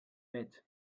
veig